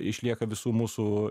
išlieka visų mūsų